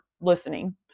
listening